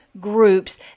groups